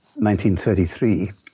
1933